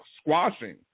squashing